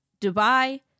Dubai